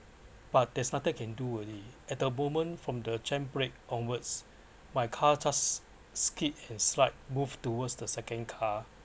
but there's nothing I can do already at the moment from the jam brake onwards my car just skid and slight move towards the second car